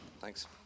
Thanks